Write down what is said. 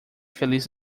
feliz